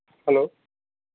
hello